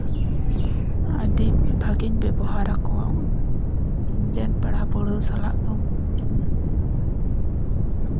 ᱟᱹᱰᱤ ᱵᱷᱟᱹᱜᱤᱧ ᱵᱮᱵᱚᱦᱟᱨᱟᱠᱚᱣᱟ ᱤᱧ ᱨᱮᱱ ᱯᱮᱲᱟ ᱯᱟᱹᱬᱦᱟᱹ ᱥᱟᱞᱟᱜ ᱫᱚ